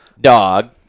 dog